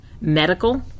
medical